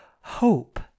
hope